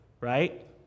right